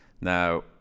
Now